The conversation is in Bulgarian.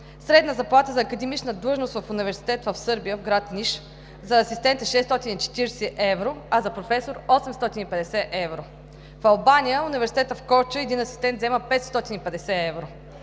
Средна заплата за академична длъжност в университет в Сърбия, в град Ниш за асистент е 640 евро, а за професор – 850 евро. В Албания, в университета в Корча, един асистент взема 550 евро;